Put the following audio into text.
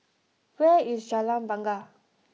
where is Jalan Bungar